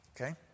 Okay